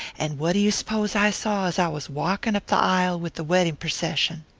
and what you s'pose i saw as i was walkin' up the aisle with the wedding percession?